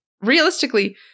realistically